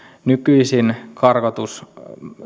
nykyisin karkotus